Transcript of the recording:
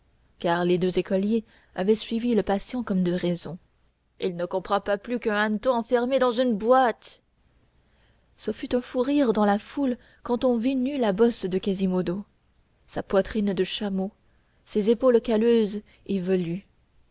raison il ne comprend pas plus qu'un hanneton enfermé dans une boîte ce fut un fou rire dans la foule quand on vit à nu la bosse de quasimodo sa poitrine de chameau ses épaules calleuses